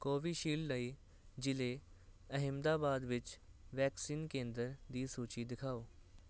ਕੋਵੀਸ਼ਿਲਡ ਲਈ ਜ਼ਿਲ੍ਹੇ ਅਹਿਮਦਾਬਾਦ ਵਿੱਚ ਵੈਕਸੀਨ ਕੇਂਦਰ ਦੀ ਸੂਚੀ ਦਿਖਾਓ